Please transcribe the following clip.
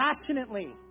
passionately